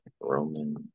Roman